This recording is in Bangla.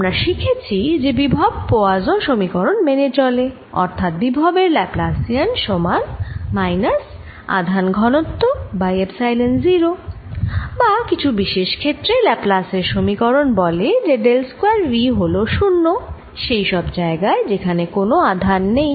আমরা শিখেছি যে বিভব পোয়াসোঁ সমীকরণPoisson's equation মেনে চলে অর্থাৎ বিভবের ল্যাপ্লাসিয়ান সমান মাইনাস আধান ঘনত্ব বাই এপসাইলন 0 বা কিছু বিশেষ ক্ষেত্রে ল্যাপ্লাসের সমীকরণLaplace's equation বলে যে ডেল স্কয়ার V হল 0 সেই সব জায়গায় যেখানে কোন আধান নেই